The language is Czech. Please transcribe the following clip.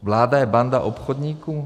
Vláda je banda obchodníků?